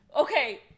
Okay